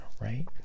right